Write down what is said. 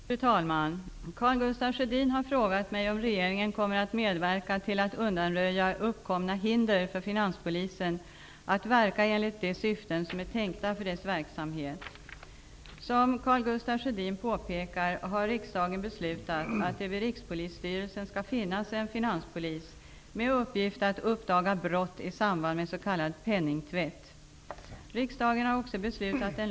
Fru talman! Karl Gustaf Sjödin har frågat mig om regeringen kommer att medverka till att undanröja uppkomna hinder för Finanspolisen att verka enligt de syften som är tänkta för dess verksamhet. Som Karl Gustaf Sjödin påpekar har riksdagen beslutat att det vid Rikspolisstyrelsen skall finnas en finanspolis med uppgift att uppdaga brott i samband med s.k. penningtvätt (bet.